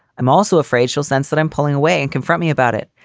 i'm also afraid she'll sense that i'm pulling away and confront me about it.